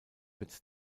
wird